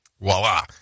Voila